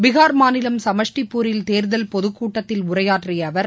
பீகார் மாநிலம் சமஷ்டிப்பூரில் தேர்தல் பொதுக் கூட்டத்தில் உரையாற்றியஅவர்